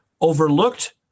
overlooked